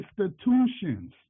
institutions